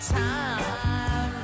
time